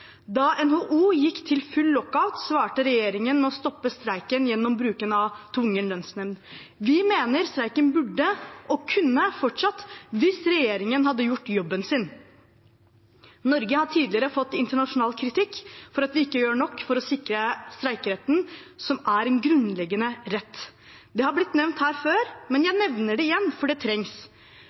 Da NHO gikk til full lockout, svarte regjeringen med å stoppe streiken gjennom bruk av tvungen lønnsnemnd. Vi mener streiken burde og kunne fortsatt hvis regjeringen hadde gjort jobben sin. Norge har tidligere fått internasjonal kritikk for at vi ikke gjør nok for å sikre streikeretten, som er en grunnleggende rett. Det har blitt nevnt her før, men jeg nevner det igjen, for det trengs.